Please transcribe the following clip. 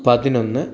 പതിനൊന്ന്